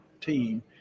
team